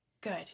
Good